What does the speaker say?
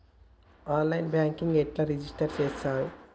On line banking ఎట్లా register చేత్తరు?